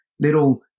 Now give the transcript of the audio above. little